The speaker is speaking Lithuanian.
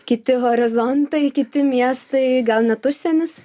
kiti horizontai kiti miestai gal net užsienis